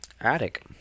attic